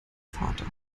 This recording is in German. vater